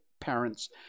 parents